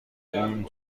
اون